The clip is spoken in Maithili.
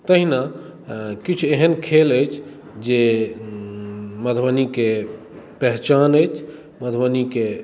तहिना किछु एहन खेल अछि जे मधुबनीके पहचान अछि मधुबनीके